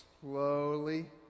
slowly